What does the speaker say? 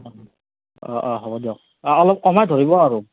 অ অ হ'ব দিয়ক আ অলপ কমাই ধৰিব আৰু